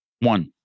One